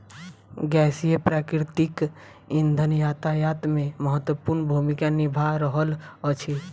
गैसीय प्राकृतिक इंधन यातायात मे महत्वपूर्ण भूमिका निभा रहल अछि